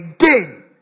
again